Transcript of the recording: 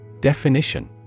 Definition